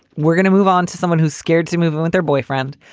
we're gonna move on to someone who's scared to move in with their boyfriend,